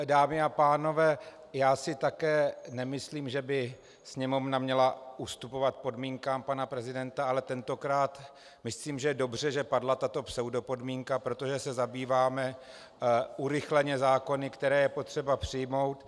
Dámy a pánové, já si také nemyslím, že by Sněmovna měla ustupovat podmínkám pana prezidenta, ale tentokrát myslím, že je dobře, že padla tato pseudopodmínka, protože se zabýváme urychleně zákony, které je potřeba přijmout.